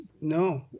No